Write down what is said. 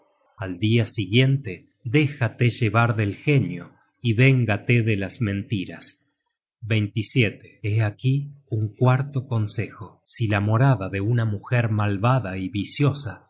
al dia siguiente déjale llevar del genio y véngate de las mentiras hé aquí un cuarto consejo si la morada de una mujer malvada y viciosa